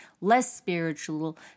less-spiritual